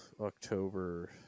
October